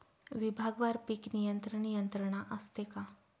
विभागवार पीक नियंत्रण यंत्रणा असते का?